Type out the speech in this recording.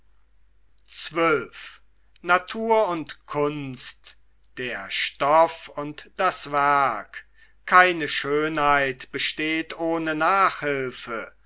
der stoff und das werk keine schönheit besteht ohne nachhülfe